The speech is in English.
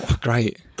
Great